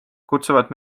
kutsuvad